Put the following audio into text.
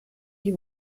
die